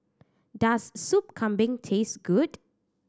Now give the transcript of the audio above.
does Sop Kambing taste good